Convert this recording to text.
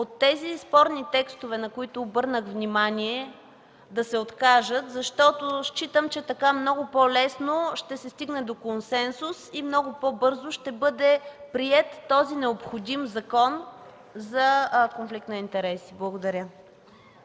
от тези спорни текстове, на които обърнах внимание, защото считам, че така много по-лесно ще се стигне до консенсус и много по-бързо ще бъде приет този необходим Закон за конфликт на интереси. Благодаря.